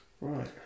Right